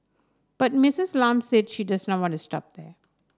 but Misses Lam said she does not want to stop there